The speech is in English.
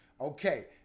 Okay